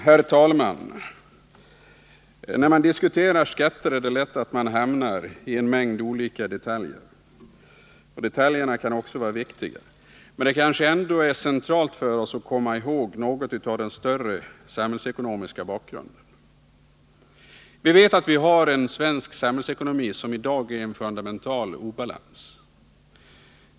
Herr talman! När man diskuterar skatter hamnar man lätt i en mängd olika detaljer. Också detaljerna kan vara viktiga, men det kanske ändå är centralt för oss att komma ihåg något av den större samhällsekonomiska bakgrunden. Vi vet att vi har en svensk samhällsekonomi, som i dag befinner sig i fundamental obalans.